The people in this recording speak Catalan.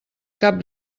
cap